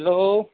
hello